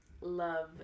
Love